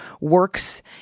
works